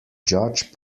judge